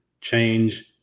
change